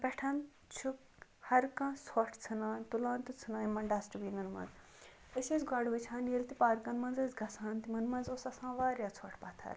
پیٚٹھ چھُ ہر کانٛہہ ژھوٚٹھ ژھٕنان تُلان تہٕ ژھٕنان تِمَن ڈَسٹبیٖنَن مَنٛز أسۍ ٲسۍ گۄڈٕ وٕچھان ییٚلہِ تہِ پارکَن مَنٛز ٲسۍ گَژھان تِمَن مَنٛز اوس آسان واریاہ ژھوٚٹھ پَتھَر